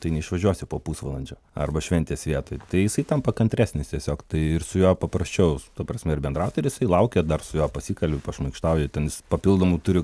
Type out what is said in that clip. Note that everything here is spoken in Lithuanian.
tai neišvažiuosi po pusvalandžio arba šventės vietoj tai jisai tampa kantresnis tiesiog tai ir su juo paprasčiau ta prasme ir bendrauti ir jisai laukia dar su juo pasikalbi pašmaikštauji ten jis papildomų turi